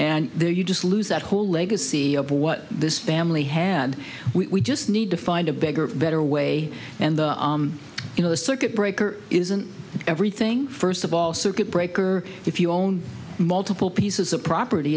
there you just lose that whole legacy of what this family had we just need to find a bigger better way and the you know the circuit breaker isn't everything first of all circuit breaker if you own multiple pieces of property